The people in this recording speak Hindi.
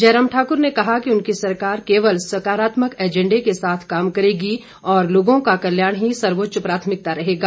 जयराम ठाकुर ने कहा कि उनकी सरकार केवल साकारात्मक एंजेंडे के साथ काम करेगी और लोगों का कल्याण ही सर्वोच्च प्राथमिकता रहेगा